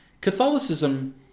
Catholicism